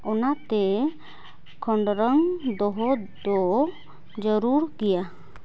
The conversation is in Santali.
ᱚᱱᱟᱛᱮ ᱠᱷᱚᱸᱫᱽᱨᱚᱱ ᱫᱚᱦᱚᱫᱚ ᱡᱟᱹᱨᱩᱲ ᱜᱮᱭᱟ